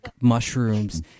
mushrooms